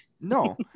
no